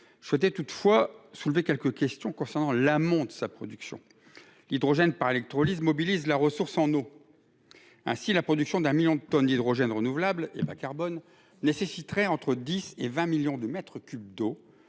Toutefois, je tiens à soulever quelques questions concernant l'amont de sa production. L'hydrogène par électrolyse mobilise la ressource en eau. Ainsi, la production d'un million de tonnes d'hydrogène renouvelable et bas-carbone nécessiterait entre 10 millions et 20 millions de mètres cubes d'eau.